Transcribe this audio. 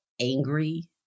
angry